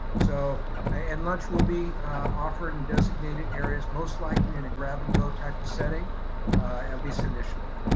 so and lunch will be offered in designated areas, most likely in a grab and go type of setting at least initially.